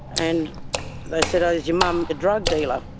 and they said is your mum a drug dealer?